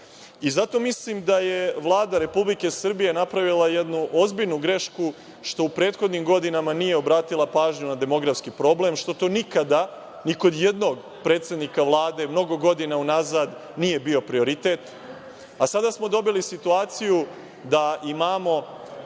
mislim da je Vlada Republike Srbije napravila jednu ozbiljnu grešku što u prethodnim godinama nije obratila pažnju na demografski problem, što to nikada, ni kod jednog predsednika Vlade mnogo godina unazad nije bio prioritet, a sada smo dobili situaciju da imamo